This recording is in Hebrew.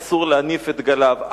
אסור להניף את דגליו,